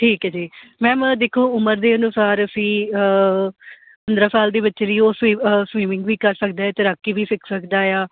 ਠੀਕ ਹੈ ਜੀ ਮੈਮ ਦੇਖੋ ਉਮਰ ਦੇ ਅਨੁਸਾਰ ਅਸੀਂ ਪੰਦਰਾਂ ਸਾਲ ਦੇ ਬੱਚੇ ਲਈ ਉਹ ਸਿਵ ਸਵਿਮਿੰਗ ਵੀ ਕਰ ਸਕਦਾ ਤੈਰਾਕੀ ਵੀ ਸਿੱਖ ਸਕਦਾ ਆ